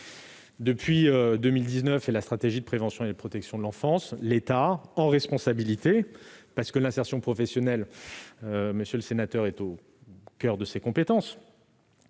en place de la stratégie nationale de prévention et de protection de l'enfance, l'État, en responsabilité, et parce que l'insertion professionnelle, monsieur le sénateur, est au coeur de ses compétences,